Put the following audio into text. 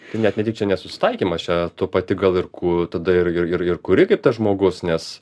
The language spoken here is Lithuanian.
tai net netyčia nesusitaikymas čia tu pati gal ir ku tada ir ir ir kuri kaip tas žmogus nes